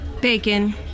Bacon